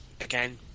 again